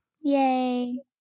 yay